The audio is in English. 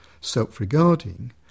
self-regarding